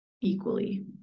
equally